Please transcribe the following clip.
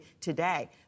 today